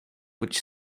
which